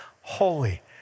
holy